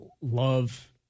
love